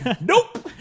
Nope